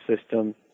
system